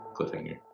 cliffhanger